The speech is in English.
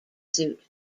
suit